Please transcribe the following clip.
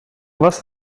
was